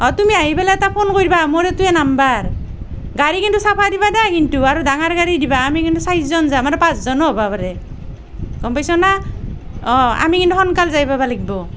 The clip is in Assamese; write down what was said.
অঁ তুমি আহি পেলাই এটা ফোন কৰিবা মোৰ এইটোৱেই নাম্বাৰ গাড়ী কিন্তু চাফা দিবা দেই কিন্তু আৰু ডাঙৰ গাড়ী দিবা আমি কিন্তু চাৰিজন যাম আৰু পাঁচজনো হ'ব পাৰে গম পাইছনে আমি কিন্তু সোনকালে যায় পাব লাগিব